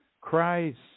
Christ